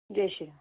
जै श्री राम